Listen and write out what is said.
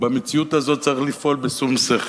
ובמציאות הזאת צריך לפעול בשום שכל,